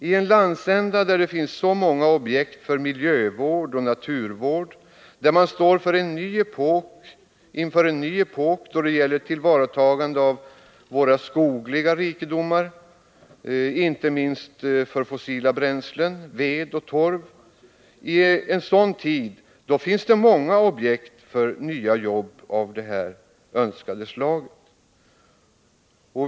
I en landsända där det finns så många objekt för miljövård och naturvård, där man står inför en ny epok då det gäller tillvaratagande av våra skogliga rikedomar och fossila bränslen — ved och torv — där finns många objekt för nya jobb.